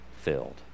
filled